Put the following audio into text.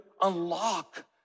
unlock